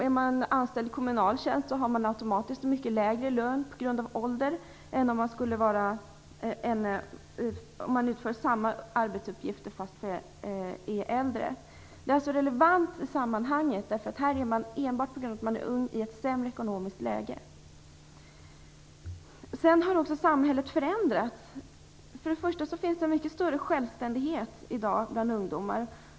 Är man anställd i kommunal tjänst har man automatiskt mycket lägre lön på grund av ålder än om man utför samma arbetsuppgifter men är äldre. Detta är relevant i sammanhanget. Här är man enbart på grund av att man är ung i ett sämre ekonomiskt läge. Sedan har samhället också förändrats. Först och främst finns det en mycket större självständighet i dag bland ungdomar.